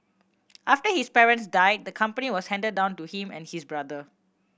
after his parents died the company was handed down to him and his brother